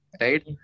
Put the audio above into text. right